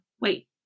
Wait